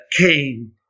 came